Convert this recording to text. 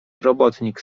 robotnik